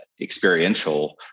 experiential